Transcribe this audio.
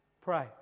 pray